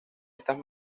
esas